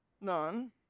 None